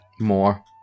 More